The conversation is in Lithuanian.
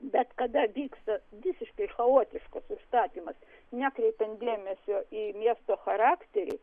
bet kada vyksta visiškai chaotiškas užstatymas nekreipiant dėmesio į miesto charakterį